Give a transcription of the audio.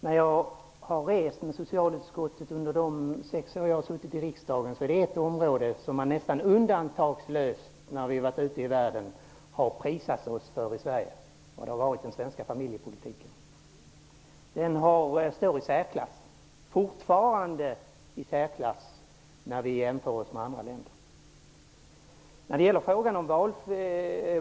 Fru talman! När jag har rest med socialutskottet under de sex år jag har suttit i riksdagen är det ett område som man nästan undantagslöst prisat oss för ute i världen, och det är den svenska familjepolitiken. Den står fortfarande i särklass när vi jämför oss med andra länder.